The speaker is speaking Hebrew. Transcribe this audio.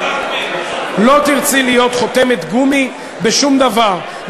לא תרצי להיות חותמת גומי בשום דבר,